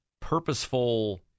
purposeful